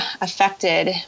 affected